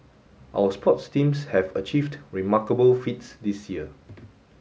our sports teams have achieved remarkable feats this year